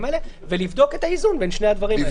האלה ולבדוק את האיזון בין שני הדברים האלה.